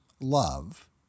love—